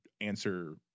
answer